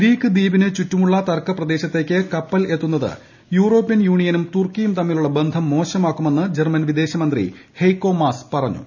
Greek ദ്വീപിന് ചുറ്റുമുള്ള തർക്ക പ്രദേശത്തേക്ക് കപ്പൽ എത്തുന്നത് യൂറോപ്യൻ യൂണിയനും തുർക്കിയും തമ്മിലുള്ള ബന്ധം മോശമാക്കുമെന്ന് ജർമൻ വിദേശമന്ത്രി ഹെയ്കോ മാസ് പറഞ്ഞു